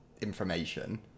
information